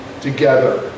together